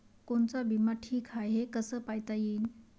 कोनचा बिमा ठीक हाय, हे कस पायता येईन?